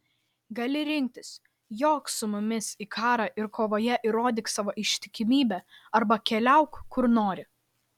gali rinktis jok su mumis į karą ir kovoje įrodyk savo ištikimybę arba keliauk kur nori